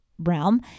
Realm